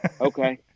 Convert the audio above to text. Okay